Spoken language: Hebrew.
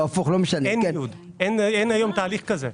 או הפוך --- אין ניוד; אין תהליך כזה.